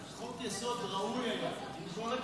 חוק יסוד, ראוי היה, עם כל הכבוד,